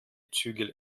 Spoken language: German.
zügel